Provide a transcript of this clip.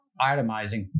itemizing